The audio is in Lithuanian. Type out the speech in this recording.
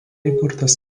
įkurtas